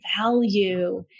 value